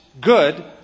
good